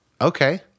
Okay